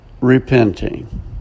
repenting